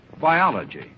biology